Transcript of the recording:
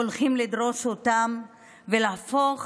הולכים לדרוס אותם ולהפוך